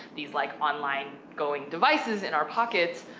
these like online going devices in our pockets,